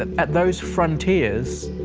and at those frontiers,